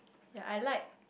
ya I like